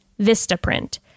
Vistaprint